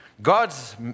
God's